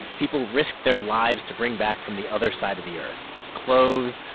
people risked their lives to bring back from the other side of the earth cloves,